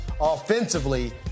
offensively